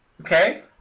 Okay